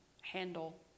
handle